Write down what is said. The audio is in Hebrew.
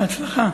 בהצלחה.